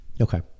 Okay